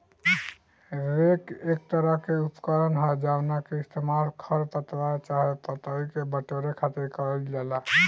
rake एक तरह के उपकरण ह जावना के इस्तेमाल खर पतवार चाहे पतई के बटोरे खातिर कईल जाला